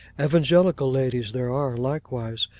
evangelical ladies there are, likewise,